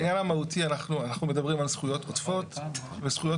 בעניין המהותי אנחנו מדברים על זכויות עודפות וזכויות